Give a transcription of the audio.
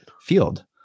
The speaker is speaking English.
field